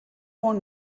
one